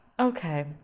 Okay